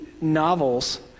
novels